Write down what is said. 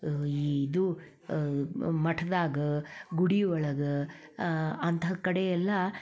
ಇದು ಮಠದಾಗ ಗುಡಿ ಒಳಗೆ ಅಂಥ ಕಡೆ ಎಲ್ಲ